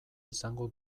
izango